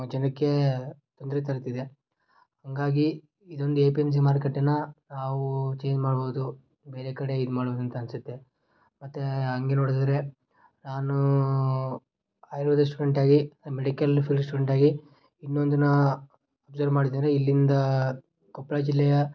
ಜನಕ್ಕೆ ತೊಂದರೆ ತರುತ್ತಿದೆ ಹಾಗಾಗಿ ಇದೊಂದು ಎ ಪಿ ಎಮ್ ಸಿ ಮಾರುಕಟ್ಟೇನ ತಾವು ಚೇಂಜ್ ಮಾಡ್ಬೋದು ಬೇರೆ ಕಡೆಗೆ ಇದು ಮಾಡ್ಬೋದು ಅಂತ ಅನ್ನಿಸುತ್ತೆ ಮತ್ತು ಹಂಗೆ ನೋಡಿದ್ರೆ ನಾನು ಆಯುರ್ವೇದಿಕ್ ಸ್ಟೂಡೆಂಟಾಗಿ ಮೆಡಿಕಲ್ ಫೀಲ್ಡ್ ಸ್ಟೂಡೆಂಟಾಗಿ ಇನ್ನೊಂದನ್ನು ಅಬ್ಸರ್ವ್ ಮಾಡಿದ್ದಂದರೆ ಇಲ್ಲಿಂದ ಕೊಪ್ಪಳ ಜಿಲ್ಲೆಯ